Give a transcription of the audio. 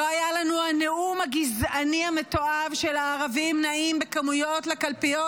לא היה לנו הנאום הגזעני המתועב של: הערבים נעים בכמויות לקלפיות,